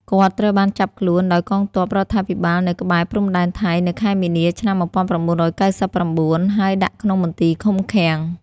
គាត់ ត្រូវបាន ចាប់ខ្លួន ដោយកងទ័ពរាជរដ្ឋាភិបាលនៅក្បែរ ព្រំដែនថៃ នៅខែមីនា ឆ្នាំ១៩៩៩ ហើយ ដាក់ក្នុងមន្ទីរឃុំឃាំង ។